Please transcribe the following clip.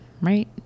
right